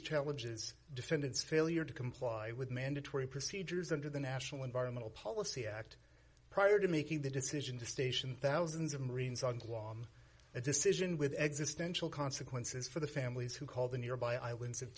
challenges defendants failure to comply with mandatory procedures under the national environmental policy act prior to making the decision to station thousands of marines on guam a decision with existential consequences for the families who call the nearby i